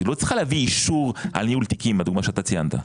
היא לא צריכה להביא אישור על ניהול תיקים בדוגמה שאתה ציינת.